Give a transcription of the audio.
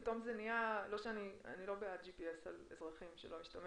לא בעד GPS על אזרחים, שלא ישתמע